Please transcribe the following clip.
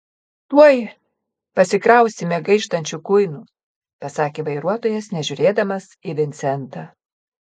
tuoj pasikrausime gaištančių kuinų pasakė vairuotojas nežiūrėdamas į vincentą